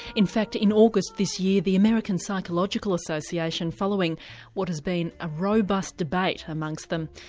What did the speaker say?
in fact in august this year the american psychological association, following what has been a robust debate amongst them,